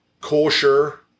kosher